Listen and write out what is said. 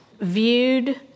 viewed